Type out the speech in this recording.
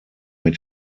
mit